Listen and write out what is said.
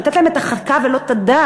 לתת להם את החכה ולא את הדג,